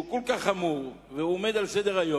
שהוא כל כך חמור ועומד על סדר-היום,